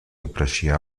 apreciar